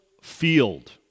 field